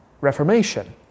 Reformation